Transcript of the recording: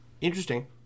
interesting